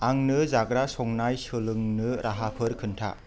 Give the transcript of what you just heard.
आंनो जाग्रा संनाय सोलोंनो राहाफोर खोन्था